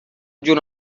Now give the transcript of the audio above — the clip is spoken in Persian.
جون